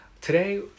Today